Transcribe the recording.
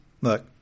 look